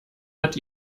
hat